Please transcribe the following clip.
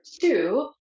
two